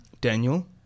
Daniel